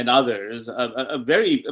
and others, ah, very, ah